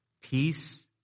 Peace